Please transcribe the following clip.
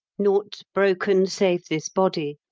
naught broken save this body,